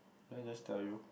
can I just tell you